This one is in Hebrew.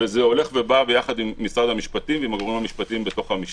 וזה הולך ובא ביחד עם משרד המשפטים ועם הגורמים המשפטיים בתוך המשטרה.